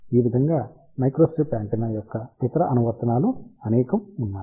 ఈ విధముగా microstrip antenna యొక్క ఇతర అనువర్తనాలు అనేకం ఉన్నాయి